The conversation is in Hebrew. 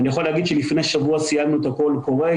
אני יכול להגיד שלפני שבוע סיימנו את הקול קורא,